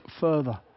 further